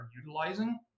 utilizing